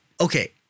Okay